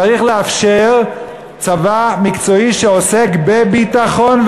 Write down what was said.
צריך לאפשר צבא מקצועי שעוסק בביטחון,